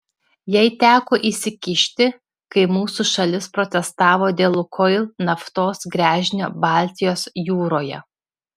jai teko įsikišti kai mūsų šalis protestavo dėl lukoil naftos gręžinio baltijos jūroje